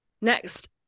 Next